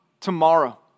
tomorrow